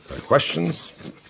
questions